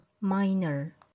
minor